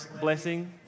blessing